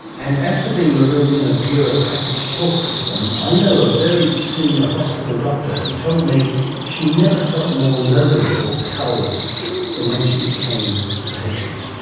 and as for being marooned in a bureaucratic health system, i know a very senior hospital doctor who told me she never felt more lowly or powerless than when she became a patient.